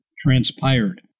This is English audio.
transpired